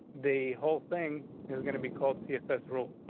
the whole thing is gonna be called css rule.